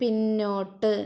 പിന്നോട്ട്